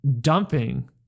dumping